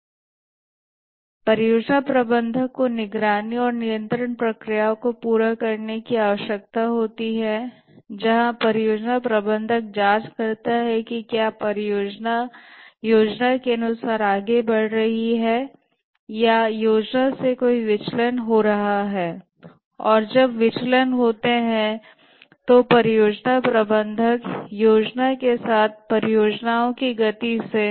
और परियोजना प्रबंधक को निगरानी और नियंत्रण प्रक्रियाओं को पूरा करने की आवश्यकता होती है जहाँ परियोजना प्रबंधक जाँच करता है कि क्या परियोजना योजना के अनुसार आगे बढ़ रही है या योजना से कोई विचलन हो रहा है और जब विचलन होते हैं तो परियोजना प्रबंधक योजना के साथ परियोजना की प्रगति से